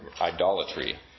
idolatry